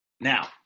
Now